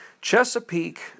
Chesapeake